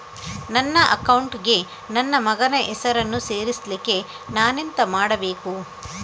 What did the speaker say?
ನನ್ನ ಅಕೌಂಟ್ ಗೆ ನನ್ನ ಮಗನ ಹೆಸರನ್ನು ಸೇರಿಸ್ಲಿಕ್ಕೆ ನಾನೆಂತ ಮಾಡಬೇಕು?